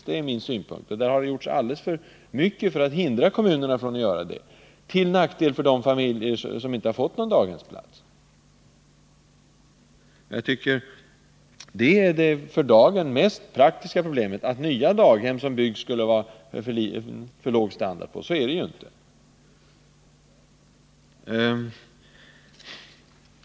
Det har gjorts alltför mycket för att hindra kommunerna från att använda de lokaler som finns — till nackdel för de familjer som inte har fått någon daghemsplats. Det är ju inte så att nya daghem som byggs skulle ha för låg standard.